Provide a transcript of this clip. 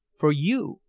for you.